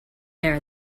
there